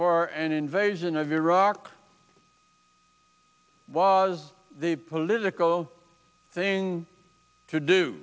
for an invasion of iraq was the political thing to do